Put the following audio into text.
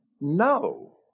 No